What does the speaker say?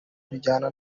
bijyana